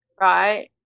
right